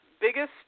biggest